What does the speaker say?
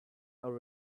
our